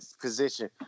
position